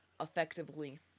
effectively